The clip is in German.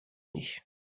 mich